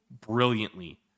brilliantly